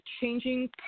changing